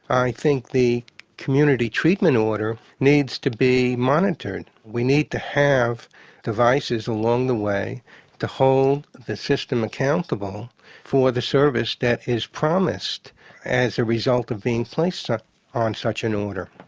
i think the community treatment order needs to be monitored. we need to have devices along the way to hold the system accountable for the service that is promised as a result of being placed ah on such an order.